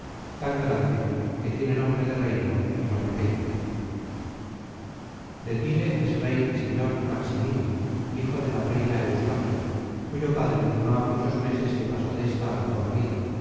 tan grande que tiene nombre de reino y no pequeño de tile es rey y señor maximino hijo de la reina eustoquia cuyo padre no há muchos meses que pasó desta á mejor vida